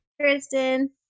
Kristen